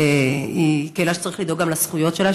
היא קהילה שצריך לדאוג גם לזכויות שלה,